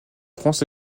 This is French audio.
france